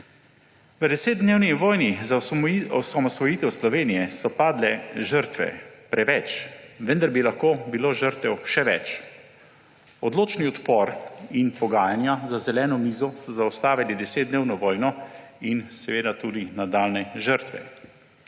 V desetdnevni vojni za osamosvojitev Slovenije so padle žrtve. Preveč, vendar bi lahko bilo žrtev še več. Odločen odpor in pogajanja za zeleno mizo so zaustavili desetdnevno vojno in seveda tudi nadaljnje žrtve.